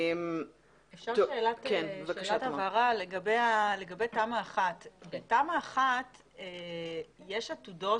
שאלת הבהרה לגבי תמ"א 1. בתמ"א 1 יש עתודות.